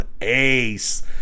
ace